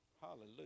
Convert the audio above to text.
Hallelujah